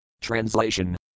Translation